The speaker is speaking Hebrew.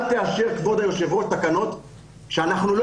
אל תאשר כבוד היושב ראש תקנות שאנחנו לא